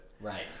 Right